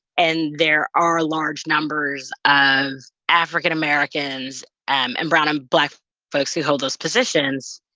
and there are large numbers of african americans um and brown and black folks who hold those positions,